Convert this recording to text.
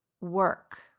work